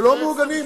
שלא מעוגנים.